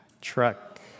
Truck